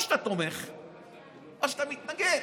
או שאתה תומך או שאתה מתנגד.